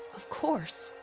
of course.